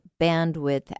bandwidth